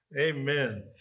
Amen